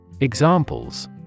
Examples